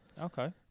Okay